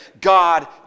God